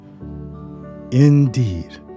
Indeed